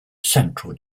central